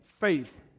faith